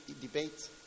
debate